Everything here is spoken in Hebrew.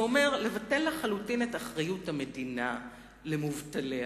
לבטל לחלוטין את אחריות המדינה למובטליה,